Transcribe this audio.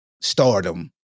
stardom